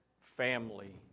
family